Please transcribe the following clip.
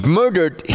murdered